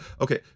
Okay